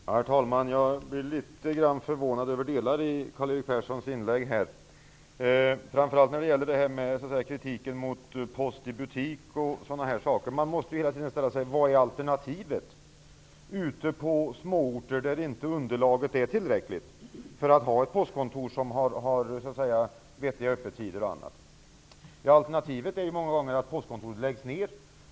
Herr talman! Jag blir litet förvånad över delar i Karl-Erik Perssons inlägg. Det gäller framför allt hans kritik mot postkontor i butik. Man måste ju hela tiden fråga sig: Vad är alternativet ute på småorter där underlaget inte är tillräckligt för att man skall kunna ha ett postkontor med vettiga öppettider? Alternativet är många gånger att postkontoret läggs ner.